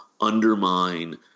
undermine